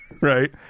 right